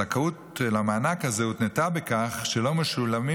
הזכאות למענק הזה הותנתה בכך שלא משולמים